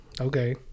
Okay